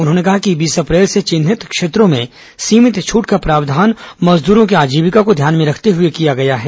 उन्होंने कहा कि बीस अप्रैल से चिन्हित क्षेत्रों में सीमित छूट का प्रावधान मजदूरों की आजीविका को ध्यान में रखते हए किया गया है